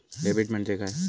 Debit म्हणजे काय?